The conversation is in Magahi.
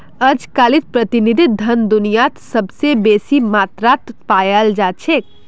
अजकालित प्रतिनिधि धन दुनियात सबस बेसी मात्रात पायाल जा छेक